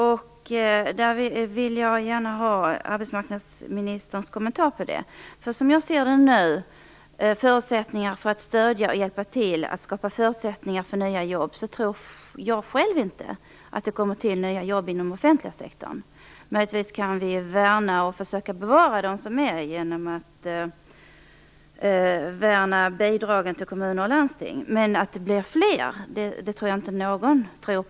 Jag vill gärna ha arbetsmarknadsministerns kommentar till detta. Möjligheten att skapa förutsättningar för nya jobb tror jag inte är tillkomsten av nya jobb inom den offentliga sektorn. Möjligtvis kan vi försöka bevara de jobb som finns genom att värna om bidragen till kommuner och landsting. Men att jobben blir fler i framtiden är det nog ingen som tror.